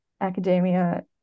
academia